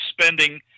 spending